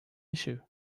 issue